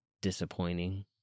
disappointing